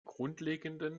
grundlegenden